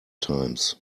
times